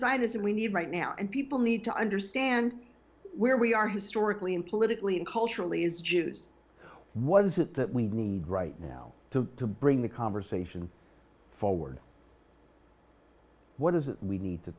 as we need right now and people need to understand where we are historically and politically and culturally is jews what is it that we need right now to to bring the conversation forward what is it we need to